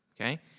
okay